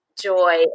joy